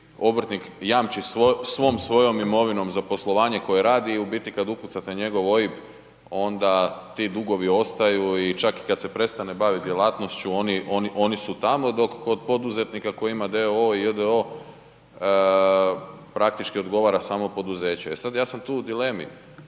obrtnik jamči svom svojom imovinom za poslovanje koje radi i u biti kada ukucate njegov OIB onda ti dugovi ostaju čak i kada se prestane baviti djelatnošću oni su tamo, dok kod poduzetnika koji ima d.o.o. i j.d.o. praktički odgovara samo poduzeće. E sada ja sam tu u dilemi,